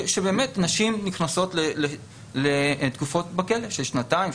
ובאמת נשים נכנסות לתקופות בכלא של שנתיים,